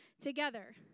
together